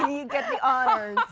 you get the honors.